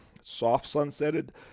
soft-sunsetted